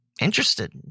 interested